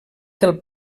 del